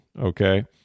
okay